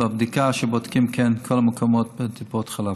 בבדיקה שבודקים בה את כל המקומות וטיפות חלב.